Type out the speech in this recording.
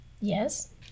Yes